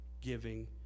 giving